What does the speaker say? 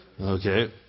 Okay